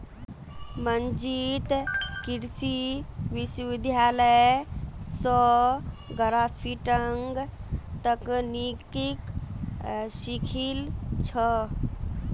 मंजीत कृषि विश्वविद्यालय स ग्राफ्टिंग तकनीकक सीखिल छ